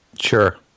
Sure